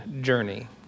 journey